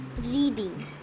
reading